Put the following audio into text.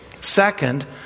Second